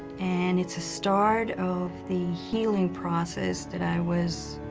and it's a start of the healing process that i was